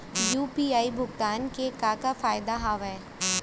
UPI भुगतान के का का फायदा हावे?